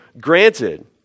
granted